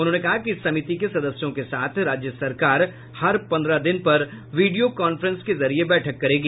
उन्होंने कहा कि इस समिति के सदस्यों के साथ राज्य सरकार हर पन्द्रह दिन पर वीडियो कांफ्रेंस के जरिये बैठक करेंगी